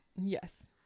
Yes